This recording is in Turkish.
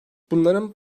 bunların